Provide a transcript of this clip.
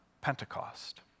Pentecost